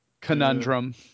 conundrum